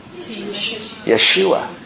Yeshua